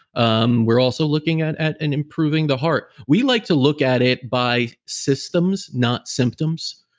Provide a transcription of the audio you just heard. um we're also looking at at and improving the heart. we like to look at it by systems not symptoms.